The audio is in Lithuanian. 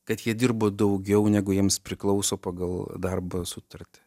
kad jie dirbo daugiau negu jiems priklauso pagal darba sutartį